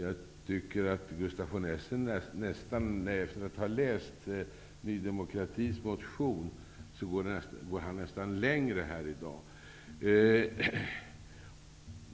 Jag tycker att Gustaf von Essen går nästan längre än Ny demokratis motion här i dag.